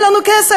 אין לנו כסף.